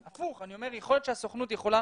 הפוך, אני אומר שיכול להיות שהסוכנות יכולה